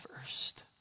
first